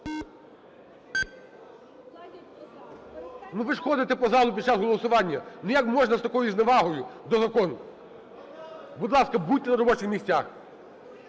Ви ж ходите по залу під час голосування. Як можна з такою зневагою до закону! Будь ласка, будьте на робочих місцях.